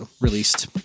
released